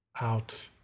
out